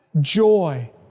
joy